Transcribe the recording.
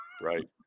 right